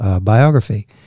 biography